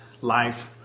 life